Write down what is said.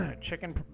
chicken